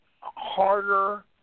harder